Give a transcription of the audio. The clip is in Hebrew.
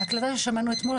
ההקלטה ששמענו אתמול,